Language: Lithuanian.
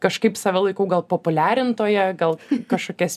kažkaip save laikau gal populiarintoja gal kašokias